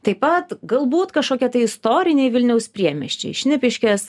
taip pat galbūt kašokia tai istoriniai vilniaus priemiesčiai šnipiškės